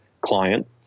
client